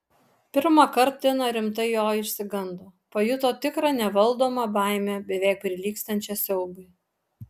pirmąkart tina rimtai jo išsigando pajuto tikrą nevaldomą baimę beveik prilygstančią siaubui